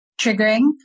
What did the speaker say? triggering